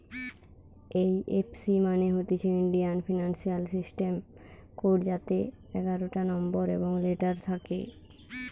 এই F C মানে হতিছে ইন্ডিয়ান ফিনান্সিয়াল সিস্টেম কোড যাতে এগারটা নম্বর এবং লেটার থাকে